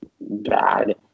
bad